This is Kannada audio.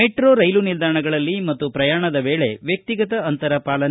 ಮೆಟ್ರೋ ರೈಲು ನಿಲ್ದಾಣಗಳಲ್ಲಿ ಮತ್ತು ಪ್ರಯಾಣದ ವೇಳೆ ವ್ಯಕ್ತಿಗತ ಅಂತರ ಪಾಲನೆ